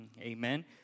amen